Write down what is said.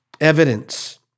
evidence